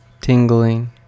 tingling